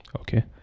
Okay